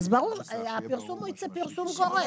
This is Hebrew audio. ייצא פרסום גורף.